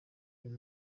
uyu